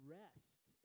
rest